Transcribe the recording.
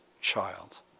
child